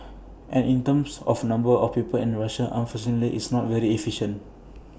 and in terms of number of people in Russia unfortunately it's not very efficient